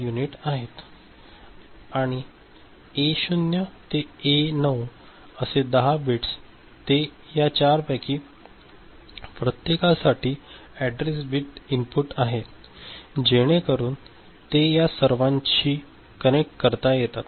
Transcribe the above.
unit आहे आणि हे ए 0 ते ए 9 असे 10 बिट्स ते या चारपैकी प्रत्येकासाठी अॅड्रेस बिट इनपुट आहे जेणेकरून ते या सर्वांशी कनेक्ट करता येतात